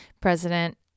President